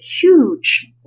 huge